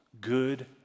good